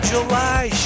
July